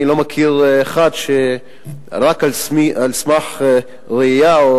אני לא מכיר אחד שרק על סמך ראייה או